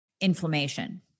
inflammation